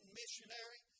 missionary